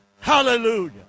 Hallelujah